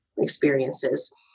experiences